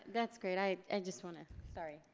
that's great. i i just wanna, sorry.